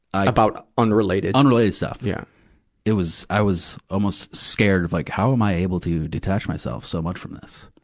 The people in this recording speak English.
about unrelated ry unrelated stuff. yeah it was, i was almost scared of like, how am i able to detach myself so much from this?